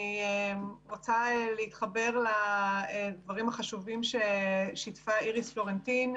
אני רוצה להתחבר לדרים החשובים ששיתפה איריס פלורנטין.